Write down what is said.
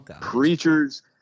preachers